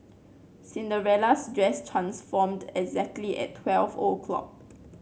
Cinderella's dress transformed exactly at twelve o'clock